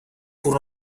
pur